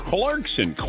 Clarkson